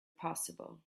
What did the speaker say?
possible